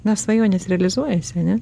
na svajonės realizuojasi ar ne